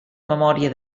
memòria